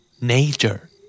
Nature